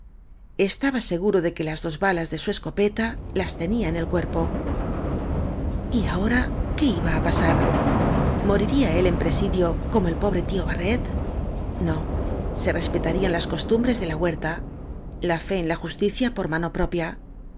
estaba seguro de que las dos balas de su escopeta las tenía en el cuerpo y ahora qué iba á pasar moriría él en presidio como el pobre tío barret no se respetarían las costumbres de la huerta la fe en la justicia por mano propia